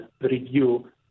review